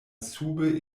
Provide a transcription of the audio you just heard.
sube